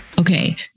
Okay